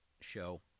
show